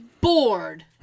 bored